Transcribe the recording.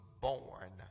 born